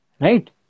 right